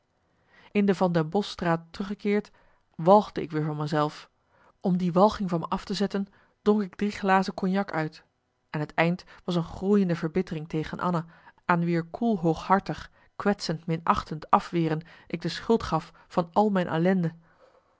in de van den bosch straat teruggekeerd walgde ik weer van me zelf om die walging van me af te zetten dronk ik drie glazen cognac uit en het eind was een groeiende verbittering tegen anna aan wier koel hooghartig kwetsend minachtend afweren ik de schuld gaf van al mijn ellende